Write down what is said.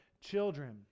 children